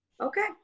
Okay